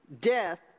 death